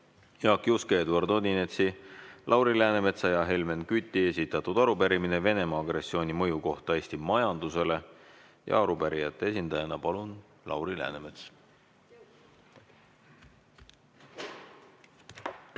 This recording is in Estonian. Jaak Juske, Eduard Odinetsi, Lauri Läänemetsa ja Helmen Küti esitatud arupärimine Venemaa agressiooni mõju kohta Eesti majandusele. Arupärijate esindajana palun siia Lauri Läänemetsa.